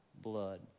blood